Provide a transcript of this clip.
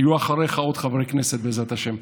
יהיו אחריך עוד חברי כנסת, בעזרת השם.